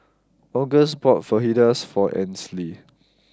August bought Fajitas for Ainsley